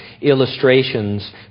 illustrations